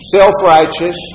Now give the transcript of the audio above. self-righteous